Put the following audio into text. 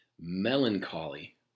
melancholy